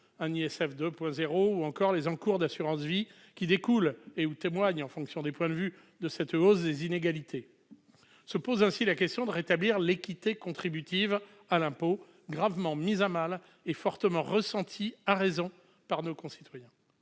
un ISF 2.0 ou encore les encours d'assurance vie qui découlent ou témoignent, en fonction des points de vue, de la hausse des inégalités. Se pose ainsi la question de rétablir l'équité contributive à l'impôt, gravement mise à mal. Cette nécessité est fortement ressentie, à raison, par nos concitoyens.